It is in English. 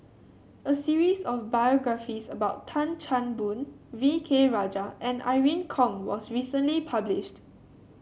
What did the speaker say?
a series of biographies about Tan Chan Boon V K Rajah and Irene Khong was recently published